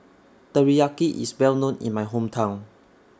Teriyaki IS Well known in My Hometown